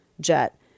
jet